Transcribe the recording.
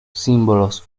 símbolos